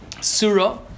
Surah